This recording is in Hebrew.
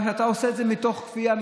אבל כשאתה עושה את זה מתוך כפייה,